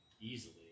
Easily